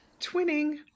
twinning